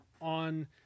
on